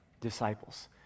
disciples